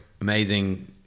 amazing